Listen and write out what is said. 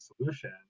solution